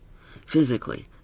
physically